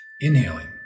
Inhaling